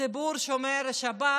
ציבור שומר השבת,